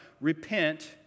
repent